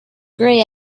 grey